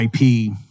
IP